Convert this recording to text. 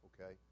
okay